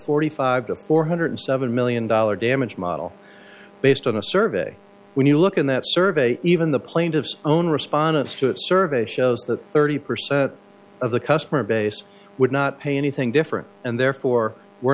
forty five to four hundred seven million dollar damage model based on a survey when you look in that survey even the plaintiff's own respondents to that survey shows that thirty percent of the customer base would not pay anything different and therefore were